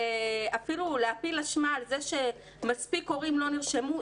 אפילו להטיל אשמה על זה שלא מספיק הורים נרשמו,